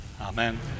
amen